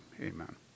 Amen